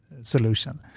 solution